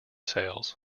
sales